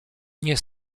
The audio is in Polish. nie